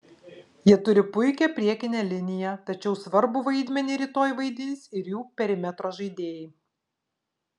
jie turi puikią priekinę liniją tačiau svarbų vaidmenį rytoj vaidins ir jų perimetro žaidėjai